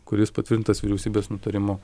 kuris patvirtintas vyriausybės nutarimu